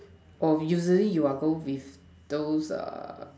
or usually we are go with those err